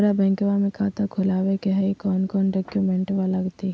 हमरा बैंकवा मे खाता खोलाबे के हई कौन कौन डॉक्यूमेंटवा लगती?